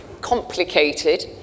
complicated